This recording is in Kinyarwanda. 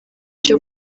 cyo